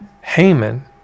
Haman